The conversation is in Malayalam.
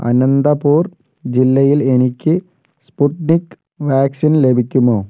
അനന്തപൂർ ജില്ലയിൽ എനിക്ക് സ്പുട്നിക് വാക്സിൻ ലഭിക്കുമോ